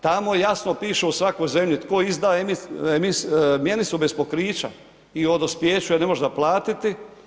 Tamo jasno piše u svakoj zemlji tko izdaje mjenicu bez pokrića o dospijeću je ne možeš platiti.